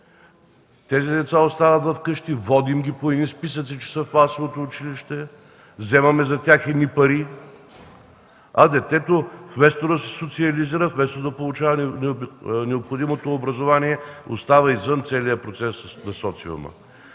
Тези деца остават вкъщи, водим ги по списъци, че са в масовото училище, вземаме за тях пари, а детето вместо да се социализира, вместо да получава необходимото образование, остава извън целия процес на социума.